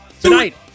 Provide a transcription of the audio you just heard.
Tonight